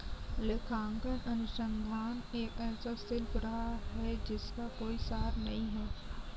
लेखांकन अनुसंधान एक ऐसा शिल्प रहा है जिसका कोई सार नहीं हैं